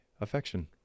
affection